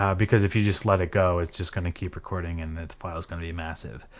um because if you just let it go it's just gonna keep recording and the file is going to be massive.